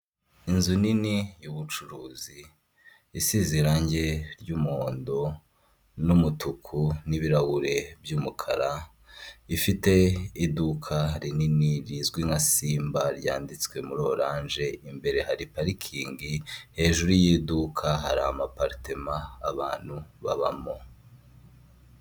Inzu nini y'ubucuruzi isize irange ry'umuhondo n'umutuku n'ibirahure by'umukara, ifite iduka rinini rizwi nka simba ryanditswe muri oranje imbere hari parikingi, hejuru y'iduka hari amaparitema abantu babamo.